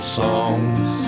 songs